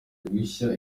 gushya